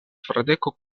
fradeko